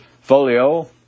Folio